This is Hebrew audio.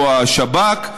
או השב"כ,